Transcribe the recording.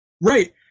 Right